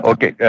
Okay